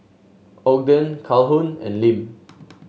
Ogden Calhoun and Lim